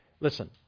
Listen